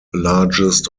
largest